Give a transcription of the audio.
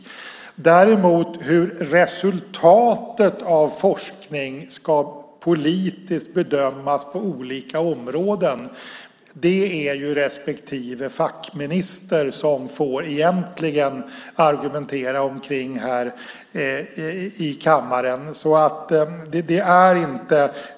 Hur däremot resultatet av forskningen ska bedömas politiskt på olika områden får respektive fackminister argumentera kring här i kammaren.